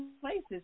places